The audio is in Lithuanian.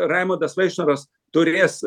raimundas vaikšnoras turės